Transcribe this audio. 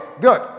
good